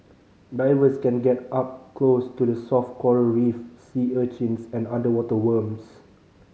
divers can get up close to the soft coral reef sea urchins and underwater worms